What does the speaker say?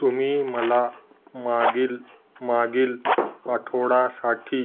तुम्ही मला मागील मागील आठवडासाठी